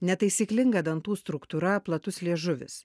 netaisyklinga dantų struktūra platus liežuvis